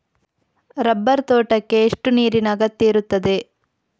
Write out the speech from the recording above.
Rubber ತೋಟಕ್ಕೆ ಎಷ್ಟು ನೀರಿನ ಅಗತ್ಯ ಇರುತ್ತದೆ?